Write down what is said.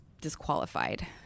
disqualified